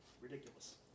ridiculous